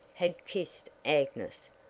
had kissed agnes!